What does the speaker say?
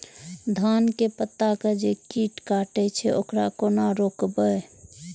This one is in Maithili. धान के पत्ता के जे कीट कटे छे वकरा केना रोकबे?